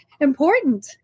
important